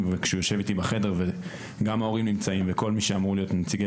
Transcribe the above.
וגם ההורים נמצאים וכל מי שאמור להיות מנציגי